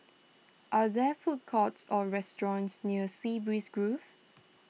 are there food courts or restaurants near Sea Breeze Grove